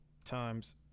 times